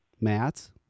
Matt